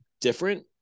different